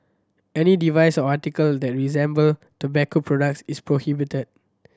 any device or article that resemble tobacco products is prohibited